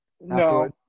No